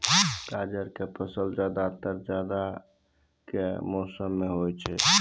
गाजर के फसल ज्यादातर जाड़ा के मौसम मॅ होय छै